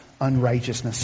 unrighteousness